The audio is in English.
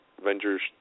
Avengers